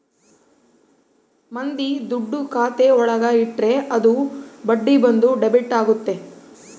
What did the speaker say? ಮಂದಿ ದುಡ್ಡು ಖಾತೆ ಒಳಗ ಇಟ್ರೆ ಅದು ಬಡ್ಡಿ ಬಂದು ಡೆಬಿಟ್ ಆಗುತ್ತೆ